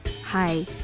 Hi